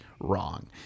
wrong